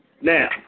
Now